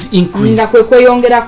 increase